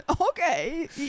Okay